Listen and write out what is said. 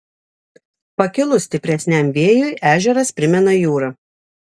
pakilus stipresniam vėjui ežeras primena jūrą